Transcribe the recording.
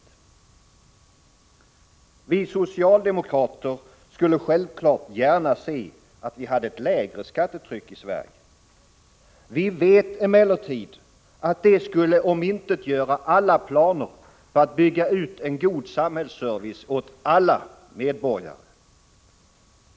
Vi socialdemokrater skulle självfallet gärna se, att vi hade ett lägre skattetryck i Sverige. Vi vet emellertid, att det skulle omintetgöra alla planer på att bygga ut en god samhällsservice åt alla medborgare.